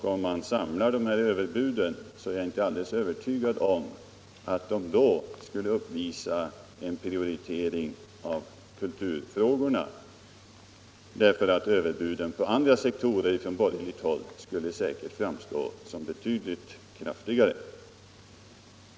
Samlar man dessa överbud är jag inte alldeles övertygad om att de skulle uppvisa en prioritering av kulturfrågorna, eftersom överbuden från borgerligt håll på andra sektorer nog skulle framstå som kraftigare.